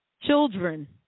Children